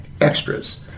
extras